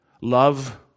love